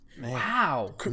Wow